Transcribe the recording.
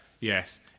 Yes